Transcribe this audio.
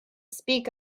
speak